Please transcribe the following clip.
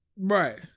right